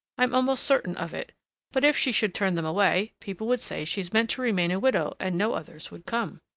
i'm almost certain of it but if she should turn them away, people would say she meant to remain a widow and no others would come.